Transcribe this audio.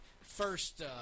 first